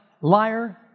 liar